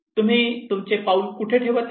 तुम्ही तुमचे पाऊल कुठे ठेवत आहात